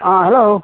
hello